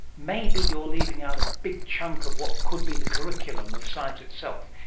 maybe you're leaving out a big chunk of what could be the curriculum of science itself.